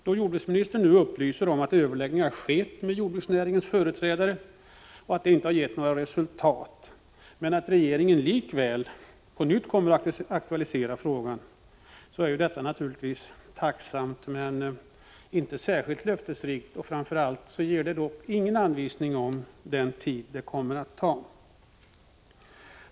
Då jordbruksministern nu upplyser om att överläggningar har skett med jordbruksnäringens företrädare och att det inte har gett några resultat, men att regeringen likväl på nytt kommer att aktualisera frågan, är ju detta naturligtvis tacksamt men inte 5 särskilt löftesrikt. Framför allt ger det ingen anvisning om vilken tid det hela kommer att ta.